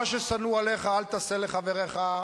"מה ששנוא עליך אל תעשה לחברך",